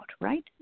right